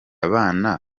abana